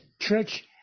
church